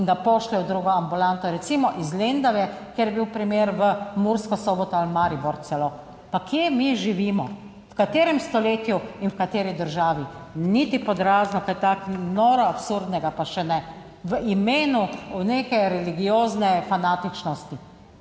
in ga pošlje v drugo ambulanto, recimo iz Lendave, kjer je bil primer, v Mursko Soboto ali Maribor celo. Pa kje mi živimo, v katerem stoletju in v kateri državi? Niti pod razno, kaj tako noro absurdnega pa še ne, v imenu neke religiozne fanatičnosti.